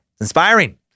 inspiring